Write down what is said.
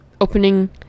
opening